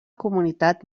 comunitat